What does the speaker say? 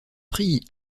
prie